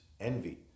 envy